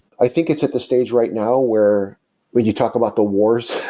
i think it's at the stage right now where when you talk about the wars,